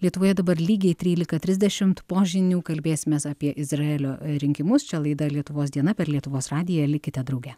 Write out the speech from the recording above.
lietuvoje dabar lygiai trylika trisdešimt po žinių kalbėsimės apie izraelio rinkimus čia laida lietuvos diena per lietuvos radiją likite drauge